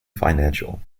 financial